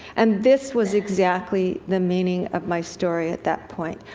and this was exactly the meaning of my story at that point.